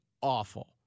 awful